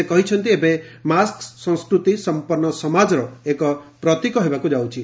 ସେ କହିଛନ୍ତି ଏବେ ମାସ୍କ ସଂସ୍କୃତି ସମ୍ପନ୍ନ ସମାଜର ଏକ ପ୍ରତୀକ ହେବାକୁ ଯାଉଛି